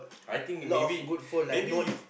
I think you maybe maybe if